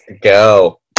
go